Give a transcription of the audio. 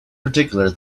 particular